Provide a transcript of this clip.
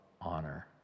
honor